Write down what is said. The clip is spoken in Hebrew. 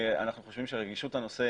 אנחנו חושבים שזה נושא